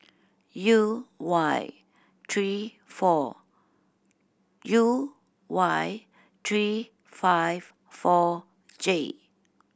U Y three four U Y three five four J